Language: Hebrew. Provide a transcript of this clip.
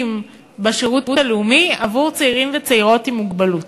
בשירות הלאומי לצעירים וצעירות עם מוגבלות,